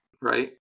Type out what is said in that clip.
right